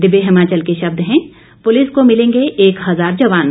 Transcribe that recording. दिव्य हिमाचल के शब्द हैं पुलिस को मिलेंगे एक हजार जवान